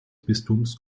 bistums